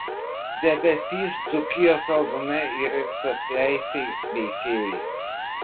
debesys dzūkijos albume yra visateisiai veikėjai